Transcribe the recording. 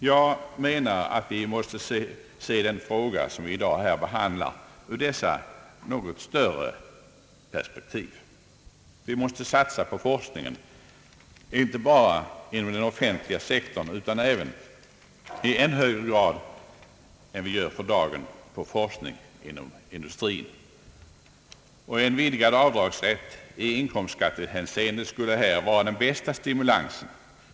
Jag anser att vi måste se den fråga som vi i dag behandlar ur dessa något större perspektiv. Vi måste satsa på forskningen, inte bara inom den offentliga sektorn utan även i högre grad än vi gör för dagen på forskning inom industrin. En vidgad avdragsrätt i inkomstskattehänseende skulle här vara den bästa stimulansen.